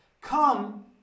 Come